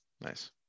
Nice